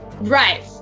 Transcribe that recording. Right